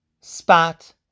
spot